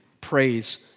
praise